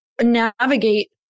navigate